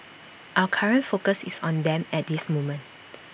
our current focus is on them at this moment